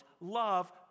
love